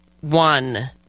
one